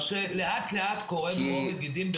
יש תהליך שלאט לאט קורם עור וגידים.